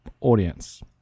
audience